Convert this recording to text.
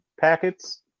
packets